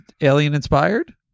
alien-inspired